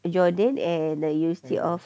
jordan and the university of